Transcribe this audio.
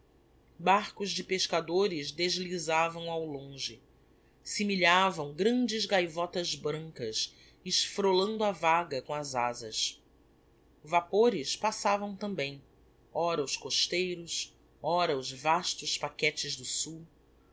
barcos de pescadores deslisavam ao longe similhavam grandes gaivotas brancas esfrolando a vaga com as azas vapores passavam também ora os costeiros ora os vastos paquetes do sul